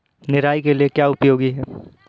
निराई के लिए क्या उपयोगी है?